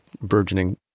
burgeoning